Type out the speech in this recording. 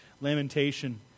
lamentation